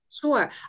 Sure